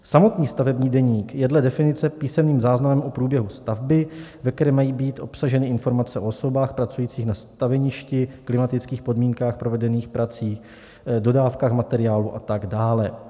Samotný stavební deník je dle definice písemný záznam o průběhu stavby, ve kterém mají být obsaženy informace o osobách pracujících na staveništi, klimatických podmínkách provedených prací, dodávkách materiálu a tak dále.